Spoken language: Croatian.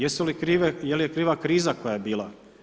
Je li kriva kriza koja je bila?